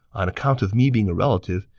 on account of me being a relative,